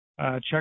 check